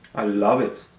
i love it.